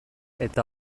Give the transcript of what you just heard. eta